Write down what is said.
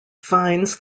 finds